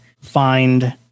find